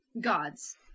Gods